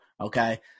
Okay